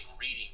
reading